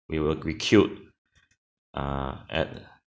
we were we queued err at